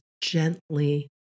gently